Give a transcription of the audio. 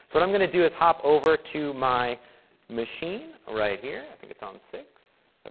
what i'm going to do is hop over to my machine right here. i think it's on six.